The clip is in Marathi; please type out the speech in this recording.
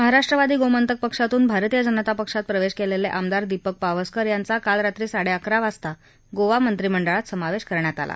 महाराष्ट्रवादी गोमंतक पक्षातून भारतीय जनता पक्षात प्रवेश केलेले आमदार दीपक पावसकर यांचा काल रात्री साडेअकरा वाजता गोवा मंत्रीमंडळात समावेश करण्यात आला